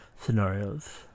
scenarios